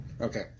Okay